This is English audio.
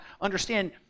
understand